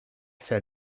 fait